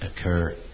occur